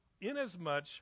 inasmuch